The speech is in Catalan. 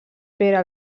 pere